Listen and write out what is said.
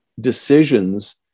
decisions